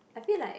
I feel like